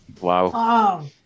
Wow